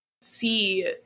see